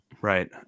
Right